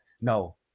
No